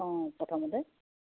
অঁ প্ৰথমতে